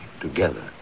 together